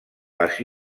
les